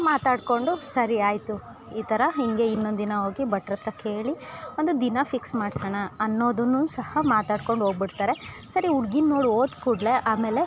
ಮಾತಾಡ್ಕೊಂಡು ಸರಿ ಆಯಿತು ಈ ಥರ ಹಿಂಗೆ ಇನ್ನೊಂದಿನ ಹೋಗಿ ಭಟ್ರಹತ್ರ ಹೋಗಿ ಕೇಳಿ ಒಂದು ದಿನ ಫಿಕ್ಸ್ ಮಾಡ್ಸೋಣ ಅನ್ನೊದನ್ನು ಸಹ ಮಾತಡ್ಕೊಂಡು ಹೋಗ್ಬುಡ್ತಾರೆ ಸರಿ ಹುಡ್ಗಿನ್ ನೋಡಿ ಹೋದ್ಕುಡ್ಲೇ ಆಮೇಲೆ